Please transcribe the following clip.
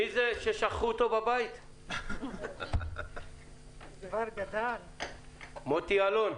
מוטי אלוני,